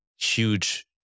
huge